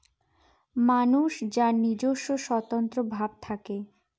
মানুষ যার নিজস্ব স্বতন্ত্র ভাব থাকে